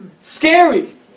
Scary